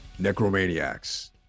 necromaniacs